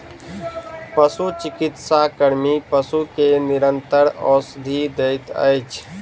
पशुचिकित्सा कर्मी पशु के निरंतर औषधि दैत अछि